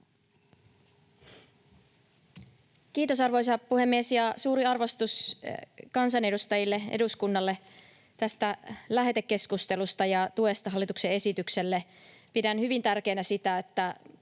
Kiitos, arvoisa puhemies! Suuri arvostus kansanedustajille, eduskunnalle tästä lähetekeskustelusta ja tuesta hallituksen esitykselle. Pidän hyvin tärkeänä sitä, että